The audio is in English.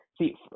see